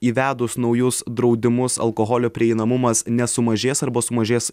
įvedus naujus draudimus alkoholio prieinamumas nesumažės arba sumažės